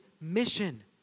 mission